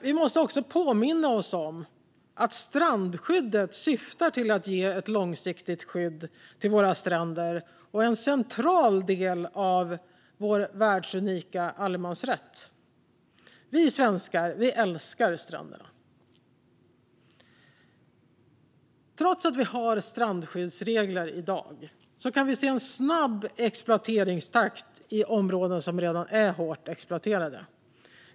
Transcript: Vi behöver också påminna oss om att strandskyddet syftar till att ge ett långsiktigt skydd för våra stränder och att det är en central del av vår världsunika allemansrätt. Vi svenskar älskar våra stränder. Trots strandskyddsreglerna kan vi se en snabb exploateringstakt i områden som redan är hårt exploaterade.